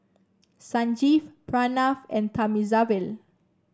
Sanjeev Pranav and Thamizhavel